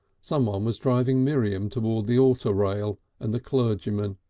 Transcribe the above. someone was driving miriam towards the altar rail and the clergyman.